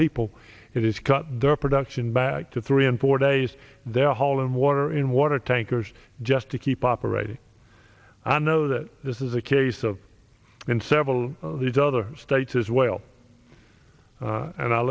people it is cut their production back to three and four days they're hauling water in water tankers just to keep operating i know that this is a case of in several of these other states as well and i